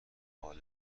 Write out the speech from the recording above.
حال